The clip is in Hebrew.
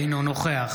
אינו נוכח